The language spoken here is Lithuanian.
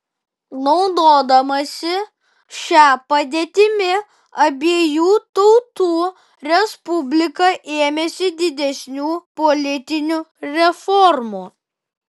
naudodamasi šia padėtimi abiejų tautų respublika ėmėsi didesnių politinių reformų